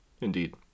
Indeed